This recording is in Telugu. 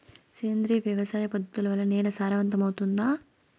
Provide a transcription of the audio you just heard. సేంద్రియ వ్యవసాయ పద్ధతుల వల్ల, నేల సారవంతమౌతుందా?